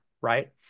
Right